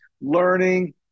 learning